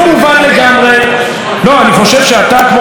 אתה בא לברך אותי ויוצא מקלל?